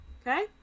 Okay